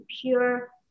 pure